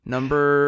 Number